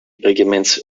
regiments